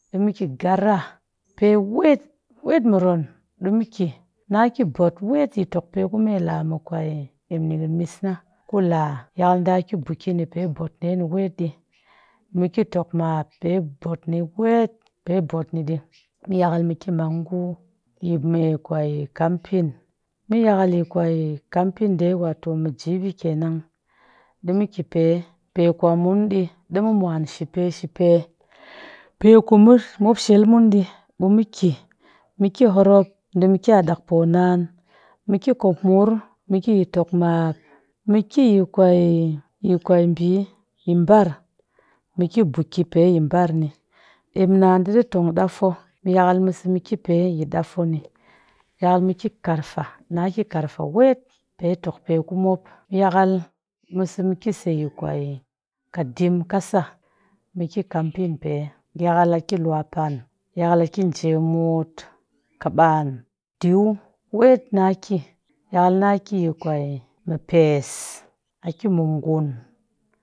Dɨ mɨ ki garah pe wet; wet moroon di mɨ ki, na ki mbot wet yi tokpe kume laa mɨ kwe emnikin misna ku la, yakal ɗa ki ɓiki ni yi pe mbot ɗe ni wet ɗi, mɨ ki tokmap pe mbot ni wet pe mbot ni ɗi. Mɨ yakal mɨ ki mangu yi me kwe kampin mɨ yakal yi kwe kampin ɗe wato mɨ gb kenan ɗi mɨ ki pe, pe kwa mun ɗi ɗi mɨ mwan shipe shipe pe ku mop shel mun ɓi mɨ ki. Mɨ horop, di mu kya ɗak ponaan. Mɨ ki kopmur mɨ kya tokmap, mɨ ki kwe yi kwe ɓi yi mbar, mɨ ki buki pe yi mbar ni. Emna di ɗi tong dafo mɨ yakal mɨ sa ki pe yi daffo ni yakal mɨ ki karfa na ki karfa wet pe tokpe ku mop. Yakal mɨ sa mɨ ki kwe kadim kasa mɨ ki kampin pe, yakal a ki luwapan, yakal a ki njemut, kaban, diu wet na ki yakal na ki kwe mipes, a ki mangun.